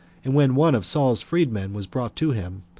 and when one of saul's freed men was brought to him,